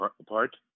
Apart